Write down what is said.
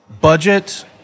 Budget